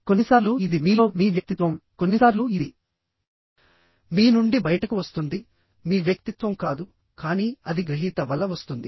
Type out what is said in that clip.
కొన్నిసార్లు ఇది మీలో మీ వ్యక్తిత్వం కొన్నిసార్లు ఇది మీ నుండి బయటకు వస్తుంది మీ వ్యక్తిత్వం కాదు కానీ అది గ్రహీత వల్ల వస్తుంది